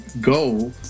goal